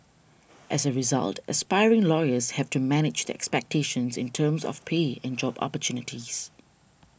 as a result aspiring lawyers have to manage their expectations in terms of pay and job opportunities